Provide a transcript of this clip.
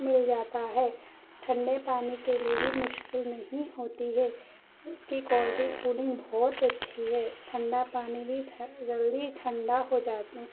مل جاتا ہے ٹھنڈے پانی کے لیے بھی مشکل نہیں ہوتی ہے اس کی کوائلٹی کولنگ بہت اچّھی ہے ٹھنڈا پانی بھی جلدی ٹھنڈا ہو جاتا